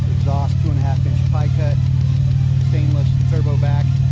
exhaust two and a half inch pie cut stainless turbo back